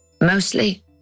Mostly